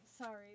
sorry